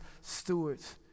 stewards